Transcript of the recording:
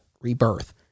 Rebirth